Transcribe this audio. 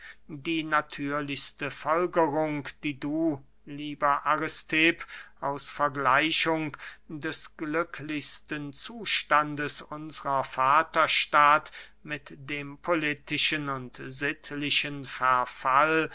die natürlichste folgerung die du lieber aristipp aus vergleichung des glücklichen zustandes unsrer vaterstadt mit dem politischen und sittlichen verfall